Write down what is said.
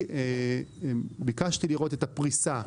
ביקשתי לראות את הפריסה,